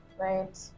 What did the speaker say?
right